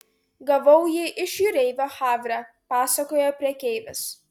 gavau jį iš jūreivio havre pasakojo prekeivis